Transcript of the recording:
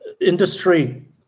industry